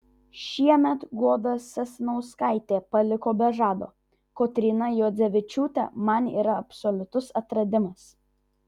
šiemet goda sasnauskaitė paliko be žado kotryna juodzevičiūtė man yra absoliutus atradimas